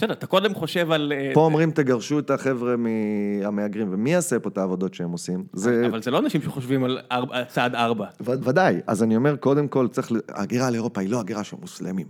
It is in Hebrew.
בסדר, אתה קודם חושב על... פה אומרים, תגרשו את החבר'ה המהגרים, ומי יעשה פה את העבודות שהם עושים? אבל זה לא אנשים שחושבים על צעד ארבע. ודאי. אז אני אומר, קודם כל, הגירה לאירופה היא לא הגירה של מוסלמים.